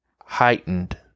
heightened